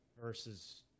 versus